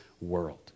world